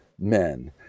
men